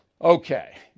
Okay